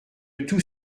tout